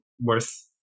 worth